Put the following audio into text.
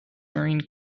marine